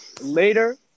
later